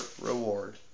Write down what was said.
reward